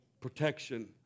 protection